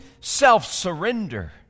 self-surrender